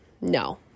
no